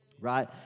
right